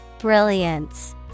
Brilliance